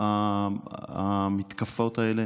המתקפות האלה,